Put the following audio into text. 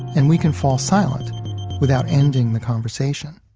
and we can fall silent without ending the conversation